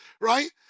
right